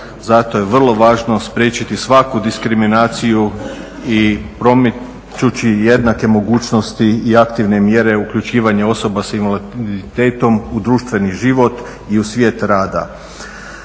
Zato je vrlo važno spriječiti svaku diskriminaciju i promičući jednake mogućnosti i aktivne mjere uključivanja osoba sa invaliditetom u društveni život i u svijet rada.